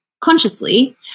consciously